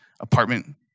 apartment